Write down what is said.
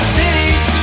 cities